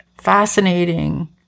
fascinating